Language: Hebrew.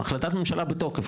החלטת ממשלה בתוקף,